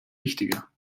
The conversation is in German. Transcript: wichtiger